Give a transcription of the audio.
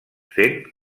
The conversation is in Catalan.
fent